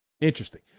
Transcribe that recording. Interesting